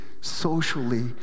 socially